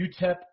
UTEP